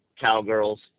cowgirls